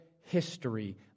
history